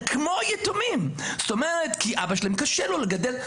הם כמו יתומים כי אבא שלהם, קשה לו לגדל.